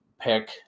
pick